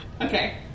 Okay